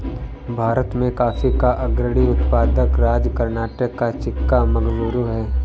भारत में कॉफी का अग्रणी उत्पादक राज्य कर्नाटक का चिक्कामगलूरू है